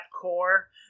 core